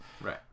Right